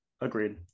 Agreed